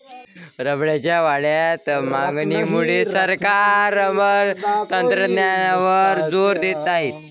रबरच्या वाढत्या मागणीमुळे सरकार रबर तंत्रज्ञानावर जोर देत आहे